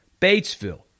Batesville